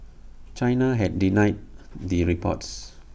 China had denied the reports